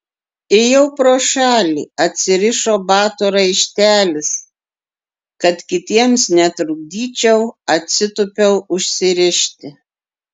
ėjau pro šalį atsirišo bato raištelis kad kitiems netrukdyčiau atsitūpiau užsirišti